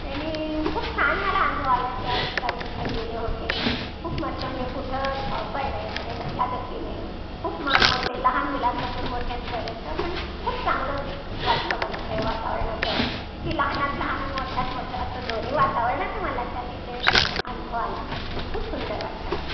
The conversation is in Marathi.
त्यानी खूप छान मला अनुभव आला आहे त्या ठिकाणी जिथं गेले होते खूप मस्त म्हणजे कुठं धावपळ नाही कुठे धक्काधक्की नाही खूप म होते लहान मुलांपासून मोठ्यांपर्यंत पण खूप चांगलं वाटलं मला त्या वातावरणात जाऊन की लहानात लहान आणि मोठ्यात मोठं असं दोन्ही वातावरणाचं मला त्या तिथे अनुभव आला आणि खूप सुंदर वाटलं मला